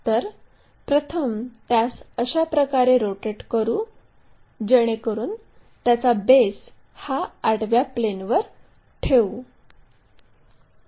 तर प्रथम त्यास अशा प्रकारे रोटेट करू जेणेकरून त्याचा बेस हा आडव्या प्लेनवर ठेवू